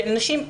של נשים,